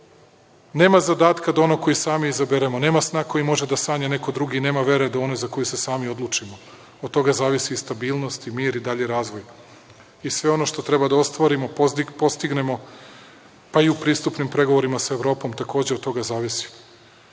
zadataka da ono koji sami izaberemo, nema sna koji može da sanja neko drugi i nema vere do one za koju se sami odlučimo, od toga zavisi i stabilnost i mir i dalji razvoj. I sve ono što treba da ostvarimo, postignemo, pa i u pristupnim pregovorima sa Evropom takođe od toga zavisi